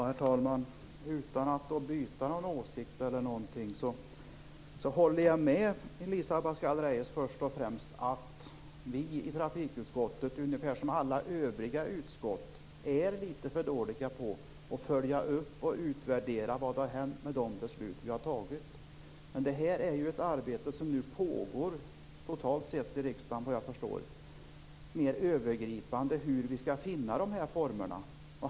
Herr talman! Utan att byta åsikt håller jag först och främst med Elisa Abascal Reyes om att vi i trafikutskottet - ungefär som alla övriga utskott - är litet för dåliga på att följa upp och utvärdera vad som har hänt med de beslut som vi har fattat. Det är ett mer övergripande arbete som pågår i hela riksdagen, såvitt jag förstår. Det handlar om hur vi skall kunna finna formerna för utvärderingarna.